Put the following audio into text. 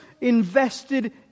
invested